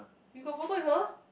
you got photo with her